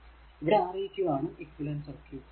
ഇവിടെ R eq ആണ് equivalent circuit equivalent circuit